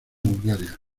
bulgaria